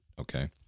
okay